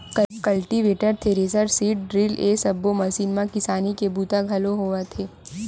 cultivator, thresher, seed drill ए सब्बो machine म किसानी के बूता घलोक होवत हे